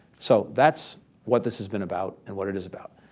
so that's what this has been about and what it is about.